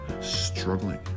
struggling